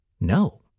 No